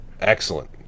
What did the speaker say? Excellent